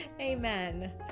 Amen